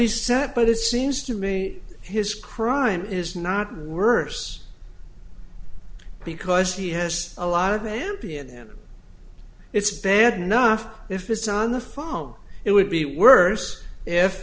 he's set but it seems to me his crime is not the worse because he has a lot of ambien and it's bad enough if it's on the phone it would be worse if